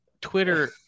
twitter